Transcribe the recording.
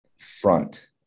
front